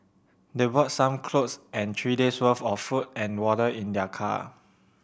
they brought some clothes and three days' worth of food and water in their car